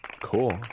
Cool